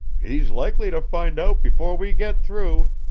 he's likely to find out before we get through,